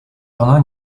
ona